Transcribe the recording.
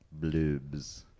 Bloobs